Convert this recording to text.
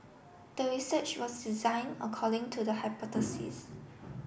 the research was design according to the hypothesis